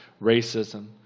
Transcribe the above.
racism